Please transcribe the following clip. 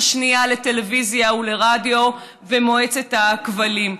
השנייה לטלוויזיה ולרדיו ומועצת הכבלים.